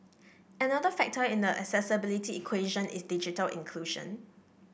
another factor in the accessibility equation is digital inclusion